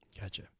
Gotcha